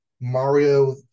Mario